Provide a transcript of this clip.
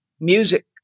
music